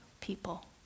people